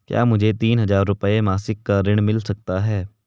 क्या मुझे तीन हज़ार रूपये मासिक का ऋण मिल सकता है?